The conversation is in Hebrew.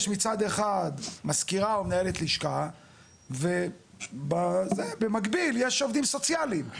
מצד אחד משכירה או מנהלת לשכה ובמקביל יש עובדים סוציאליים.